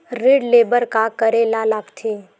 ऋण ले बर का करे ला लगथे?